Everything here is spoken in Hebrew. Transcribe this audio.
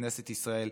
לכנסת ישראל,